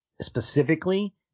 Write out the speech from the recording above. specifically